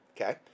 Okay